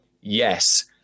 yes